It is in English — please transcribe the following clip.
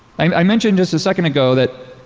i mentioned just a second ago that